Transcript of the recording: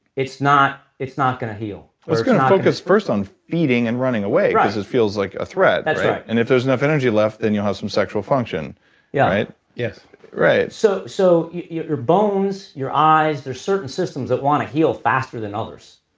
it's not it's not going to heal it's going to focus first on eating and running away because it feels like a threat that's right and if there's enough energy left, then you'll have some sexual function yeah yes right so so your your bones, your eyes, there's certain systems that want to heal faster than others.